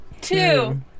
Two